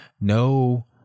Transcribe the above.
no